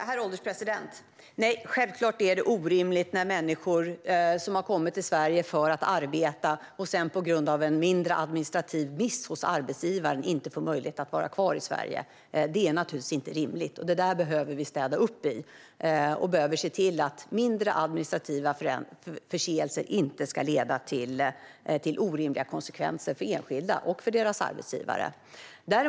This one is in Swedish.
Herr ålderspresident! Nej, självklart är det orimligt när människor som har kommit till Sverige för att arbeta inte får möjlighet att vara kvar i landet på grund av en mindre administrativ miss hos arbetsgivaren. Det där behöver vi städa upp i. Vi behöver se till att mindre administrativa förseelser inte ska leda till orimliga konsekvenser för enskilda och för deras arbetsgivare.